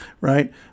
right